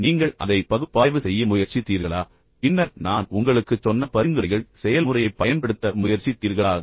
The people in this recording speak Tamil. நீங்கள் அதை பகுப்பாய்வு செய்ய முயற்சித்தீர்களா பின்னர் நான் உங்களுக்குச் சொன்ன பரிந்துரைகள் செயல்முறையைப் பயன்படுத்த முயற்சித்தீர்களா